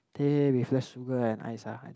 teh with less sugar and ice ah I think